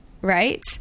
right